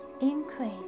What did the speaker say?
increase